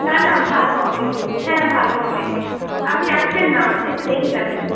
না না ভাল হবে হ্যাঁ ভাল হবে আপনি আসবেন না এসে দেখে যাবেন